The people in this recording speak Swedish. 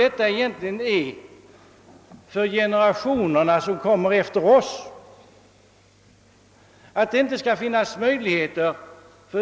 detta egentligen är för generatio nerna efter vår?